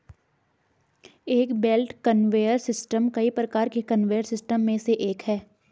एक belt conveyor system कई प्रकार के कन्वेयर सिस्टम में से एक है